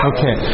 Okay